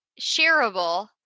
shareable